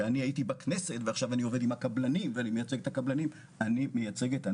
שאני הייתי בכנסת ועכשיו אני עובד עם הקבלנים ואני מייצג את הקבלנים.